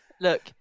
Look